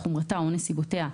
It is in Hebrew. חומרתה או נסיבותיה,